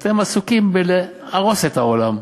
אתם עסוקים בלהרוס את העולם,